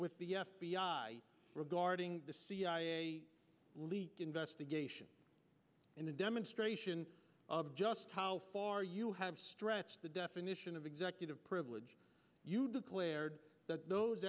with the f b i regarding the cia leak investigation and a demonstration of just how far you have stretched the definition of executive privilege you declared that those